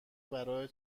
برای